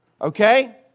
okay